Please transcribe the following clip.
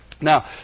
Now